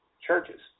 churches